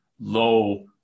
low